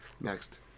Next